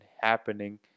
happening